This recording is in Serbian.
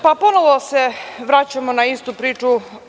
Ponovo se vraćamo na istu priču.